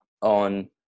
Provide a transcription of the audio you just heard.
on